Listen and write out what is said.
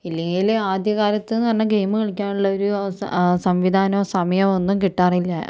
ഇല്ലെങ്കില് ആദ്യകാലത്ത് എന്ന് പറഞ്ഞാ ഗെയിം കളിക്കാനുള്ള ഒരു സംവിധാനവും സമയമൊന്നും കിട്ടാറില്ല